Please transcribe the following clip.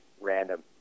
random